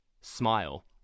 smile